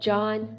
John